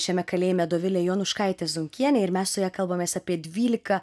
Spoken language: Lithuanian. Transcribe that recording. šiame kalėjime dovilė jonuškaitė zunkienė ir mes su ja kalbamės apie dvylika